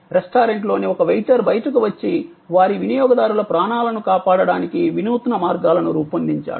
రెస్టారెంట్లోని ఒక వెయిటర్ బయటకు వచ్చి వారి వినియోగదారుల ప్రాణాలను కాపాడటానికి వినూత్న మార్గాలను రూపొందించాడు